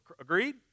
Agreed